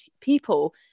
people